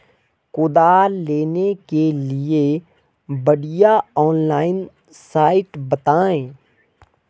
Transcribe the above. कुदाल लेने के लिए बढ़िया ऑनलाइन साइट बतायें?